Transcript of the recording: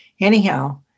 Anyhow